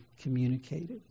communicated